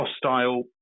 hostile